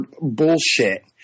bullshit